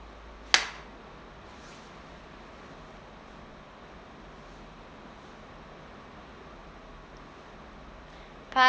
part